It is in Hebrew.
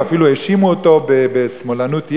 ואפילו האשימו אותו בשמאלנות יתר,